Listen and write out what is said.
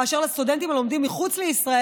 באשר לסטודנטים הלומדים מחוץ לישראל,